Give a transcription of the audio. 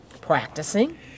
practicing